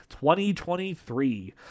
2023